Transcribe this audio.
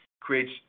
creates